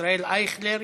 ישראל אייכלר,